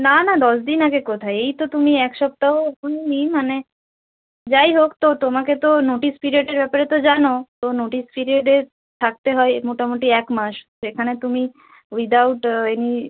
না না দশ দিন আগে কোথায় এই তো তুমি এক সপ্তাহও হয়নি মানে যাই হোক তো তোমাকে তো নোটিস পিরিয়ডের ব্যাপারে তো জানো তো নোটিস পিরিয়ডে থাকতে হয় মোটামুটি এক মাস সেখানে তুমি উইদাউট এনি